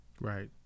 Right